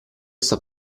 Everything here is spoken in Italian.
sto